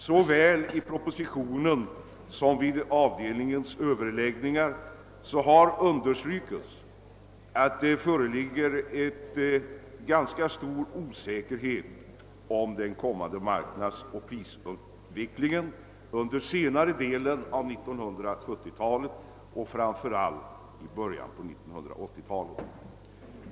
Såväl i propositionen som under avdelningens överläggningar har det understrukits att det råder ganska stor osäkerhet om marknadsoch prisutvecklingen under senare delen av 1970 talet och framför allt i början av 1980 talet.